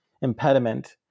impediment